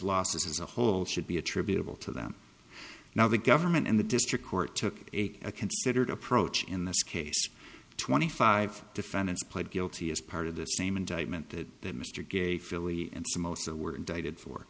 losses as a whole should be attributable to them now the government and the district court took a considered approach in this case twenty five defendants pled guilty as part of the same indictment that mr gay philly and samosa were indicted for